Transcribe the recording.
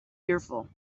fearful